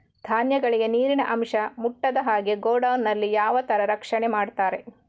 ಧಾನ್ಯಗಳಿಗೆ ನೀರಿನ ಅಂಶ ಮುಟ್ಟದ ಹಾಗೆ ಗೋಡೌನ್ ನಲ್ಲಿ ಯಾವ ತರ ರಕ್ಷಣೆ ಮಾಡ್ತಾರೆ?